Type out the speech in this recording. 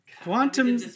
Quantum